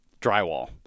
Drywall